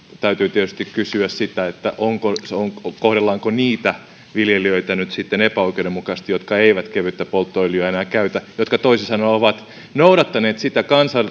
täytyy tietysti kysyä sitä kohdellaanko niitä viljelijöitä nyt sitten epäoikeudenmukaisesti jotka eivät kevyttä polttoöljyä enää käytä jotka toisin sanoen ovat noudattaneet sitä